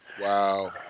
Wow